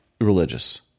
religious